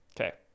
Okay